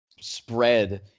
spread